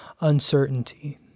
uncertainty